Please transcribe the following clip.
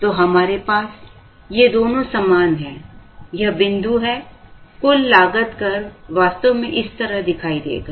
तो हमारे पास ये दोनों समान हैं यह बिंदु है कुल लागत कर्व वास्तव में इस तरह दिखाई देगा